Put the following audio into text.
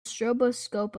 stroboscope